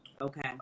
okay